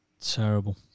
Terrible